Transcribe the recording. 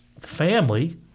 family